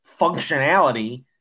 functionality